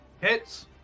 Hits